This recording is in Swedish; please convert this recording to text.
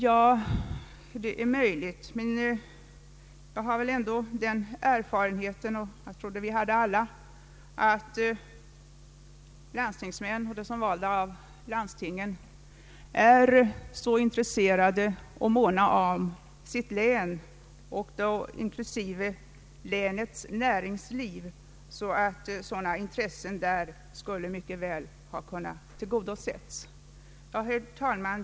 Ja, det är möjligt att tillgodose alla intressen, men jag har ändå den erfarenheten och jag tror att de flesta har den erfarenheten att landstingsmän och de som är valda av landstingen är så intresserade för och måna om sitt län inklusive länets näringsliv, att sådana intressen mycket väl skulle ha kunnat tillgodoses. Herr talman!